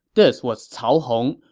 this was cao hong,